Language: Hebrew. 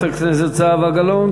לחברת הכנסת זהבה גלאון.